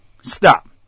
Stop